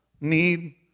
need